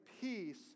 peace